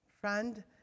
friend